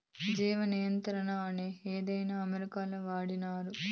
జీవ నియంత్రణ అనే ఇదానాన్ని అమెరికాలో వాడినారు